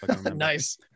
nice